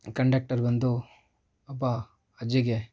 conductor ಬಂದು ಒಬ್ಬ ಅಜ್ಜಿಗೆ